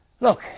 Look